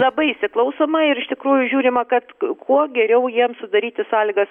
labai įsiklausoma ir iš tikrųjų žiūrima kad kuo geriau jiems sudaryti sąlygas